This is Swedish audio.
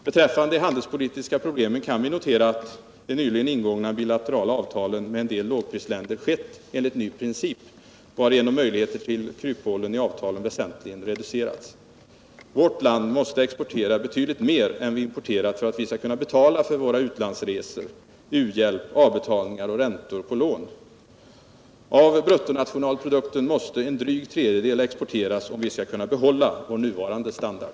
Vad gäller de handelspolitiska problemen kan vi notera att de nyligen träffade bilaterala avtalen med en del lågprisländer ingåtts enligt en ny princip, varigenom möjligheter att utnyttja kryphålen i avtalen väsentligt reducerats. Vårt land måste exportera betydligt mer än vi importerar för att vi skall kunna betala våra utlandsresor, vår u-hjälp och våra avbetalningar och räntor på lån. Av bruttonationalprodukten måste en dryg tredjedel exporteras, om vi skall kunna behålla vår nuvarande standard.